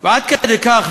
ועד כדי כך,